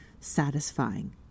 satisfying